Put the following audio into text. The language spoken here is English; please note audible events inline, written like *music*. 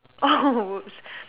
oh *laughs* !whoops!